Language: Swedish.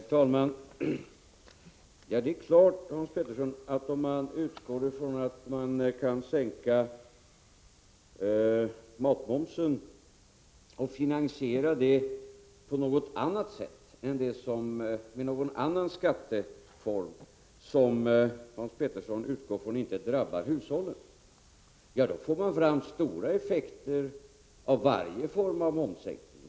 Herr talman! Det är klart att om man, som Hans Petersson i Hallstahammar gör, utgår från att man kan sänka matmomsen och finansiera det med någon annan skatteform som inte drabbar hushållen, då får man fram stora effekter av varje form av momssänkning.